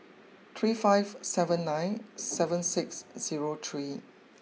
three five seven nine seven six zero three